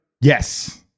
yes